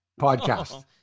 podcast